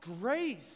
grace